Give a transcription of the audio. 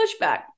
pushback